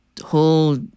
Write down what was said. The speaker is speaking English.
whole